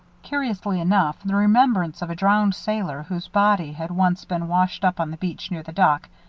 curiously enough, the remembrance of a drowned sailor, whose body had once been washed up on the beach near the dock,